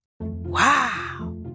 Wow